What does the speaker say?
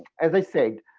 as i said,